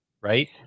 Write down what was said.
right